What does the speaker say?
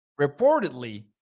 reportedly